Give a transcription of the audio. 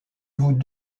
vous